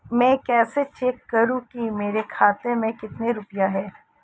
मैं कैसे चेक करूं कि मेरे खाते में कितने रुपए हैं?